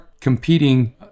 competing